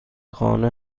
خانه